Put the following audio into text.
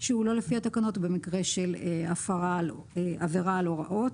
שהוא לא לפי התקנות ובמקרה של עבירה על הוראות.